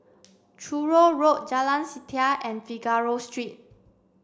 Truro Road Jalan Setia and Figaro Street